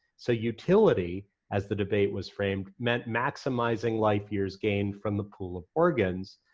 so utility, as the debate was framed, meant maximizing life years gained from the pool of organs,